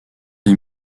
des